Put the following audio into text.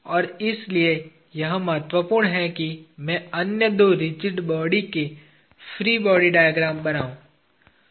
और इसलिए यह महत्वपूर्ण है कि मैं अन्य दो रिजिड बॉडी के फ्री बॉडी डायग्राम बनाऊ